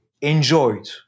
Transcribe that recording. enjoyed